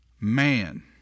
man